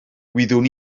wyddwn